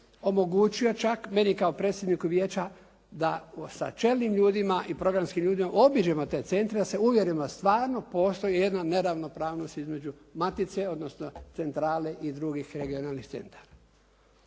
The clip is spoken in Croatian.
omogućio čak meni kao predsjedniku vijeća da sa čelnim ljudima i programskim ljudima obiđemo te centre, da se uvjerimo da stvarno postoji jedna neravnopravnost između matice, odnosno centrale i drugih regionalnih centara.